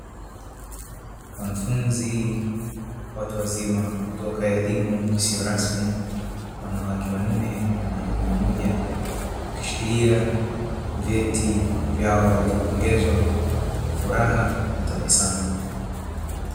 Wanafunzi watu wazima kutoka elimu isiyo rasmi, wanawake wanne na mwanaume mmoja wakishikilia vyeti vyao walivyopongezwa kwa furaha na tabasamu.